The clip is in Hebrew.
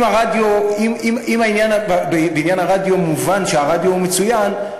אם בעניין הרדיו מובן שהרדיו מצוין,